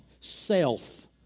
Self